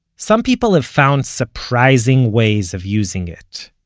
some people have found surprising ways of using it.